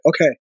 okay